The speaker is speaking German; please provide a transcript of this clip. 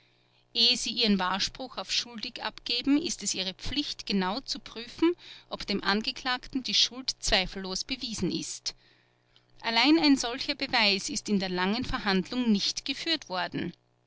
ehe sie ihren wahrspruch auf schuldig abgeben ist es ihre pflicht genau zu prüfen ob dem angeklagten die schuld zweifellos bewiesen ist allein ein solcher beweis ist in der langen verhandlung nicht geführt worden